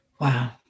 Wow